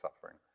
suffering